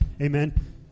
Amen